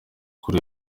kuri